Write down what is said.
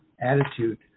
attitude